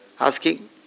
Asking